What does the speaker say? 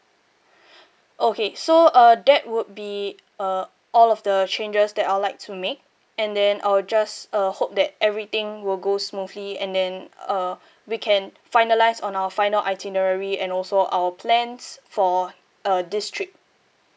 okay so uh that would be uh all of the changes that I'd like to make and then I will just uh hope that everything will go smoothly and then uh we can finalise on our final itinerary and also our plans for uh this trip